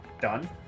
done